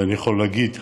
ואני יכול להגיד ש"טכנית"